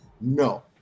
no